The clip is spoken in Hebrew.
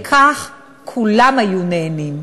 וכך כולם היו נהנים.